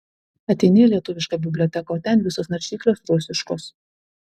ateini į lietuviška biblioteką o ten visos naršyklės rusiškos